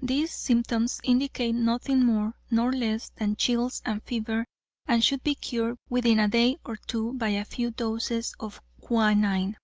these symptoms indicate nothing more nor less than chills and fever and should be cured within a day or two by a few doses of quinine.